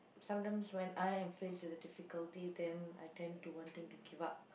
sometimes when I am faced with a difficulty then I tend to wanting to give up